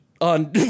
on